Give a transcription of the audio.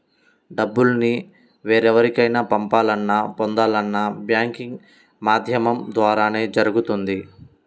డబ్బుల్ని వేరెవరికైనా పంపాలన్నా, పొందాలన్నా బ్యాంకింగ్ మాధ్యమం ద్వారానే జరుగుతుంది